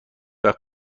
وقت